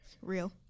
Real